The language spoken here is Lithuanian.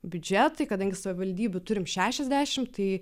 biudžetai kadangi savivaldybių turim šešiasdešim tai